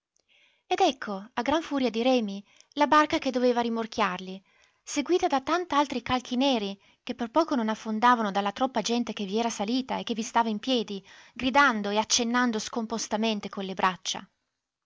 ed ecco a gran furia di remi la barca che doveva rimorchiarli seguita da tant'altri calchi neri che per poco non affondavano dalla troppa gente che vi era salita e che vi stava in piedi gridando e accennando scompostamente con le braccia